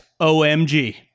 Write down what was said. OMG